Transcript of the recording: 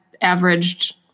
averaged